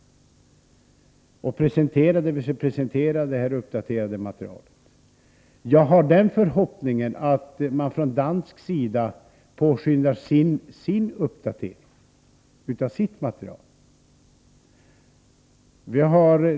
Då kommer vi att presentera det uppdaterade materialet. Jag har förhoppningen att danskarna påskyndar uppdateringen av sitt material.